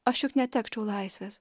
aš juk netekčiau laisvės